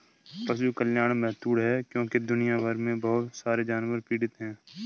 पशु कल्याण महत्वपूर्ण है क्योंकि दुनिया भर में बहुत सारे जानवर पीड़ित हैं